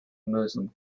muslim